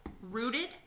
rooted